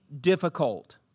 difficult